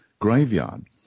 graveyard